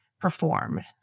perform